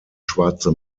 schwarze